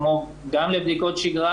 לבדיקות.